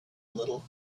little